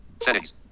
Settings